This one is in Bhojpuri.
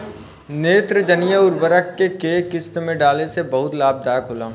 नेत्रजनीय उर्वरक के केय किस्त में डाले से बहुत लाभदायक होला?